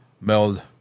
meld